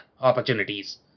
opportunities